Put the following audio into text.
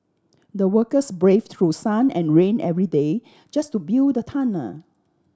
the workers brave through sun and rain every day just to build the tunnel